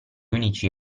unici